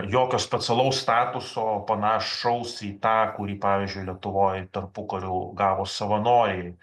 jokio specialaus statuso panašaus į tą kurį pavyzdžiui lietuvoj tarpukariu gavo savanoriai